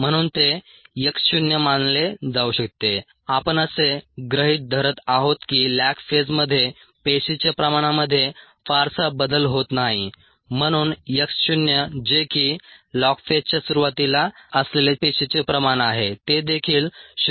म्हणून ते x शून्य मानले जाऊ शकते आपण असे गृहीत धरत आहोत की लॅग फेजमध्ये पेशीच्या प्रमाणामध्ये फारसा बदल होत नाही म्हणून x शून्य जे की लॉग फेजच्या सुरुवातीला असलेले पेशीचे प्रमाण आहे ते देखील 0